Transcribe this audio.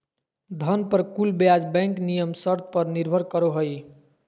धन पर कुल ब्याज बैंक नियम शर्त पर निर्भर करो हइ